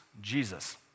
Jesus